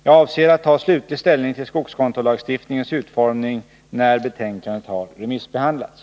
Jag avser att ta slutlig ställning till skogskontolagstiftningens utformning när betänkandet har remissbehandlats.